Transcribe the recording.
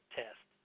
test